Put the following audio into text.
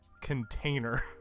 container